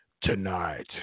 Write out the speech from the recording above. tonight